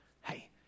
Hey